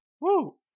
Woo